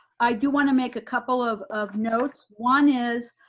i do wanna make a couple of of notes. one is